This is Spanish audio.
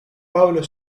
pablo